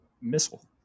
missile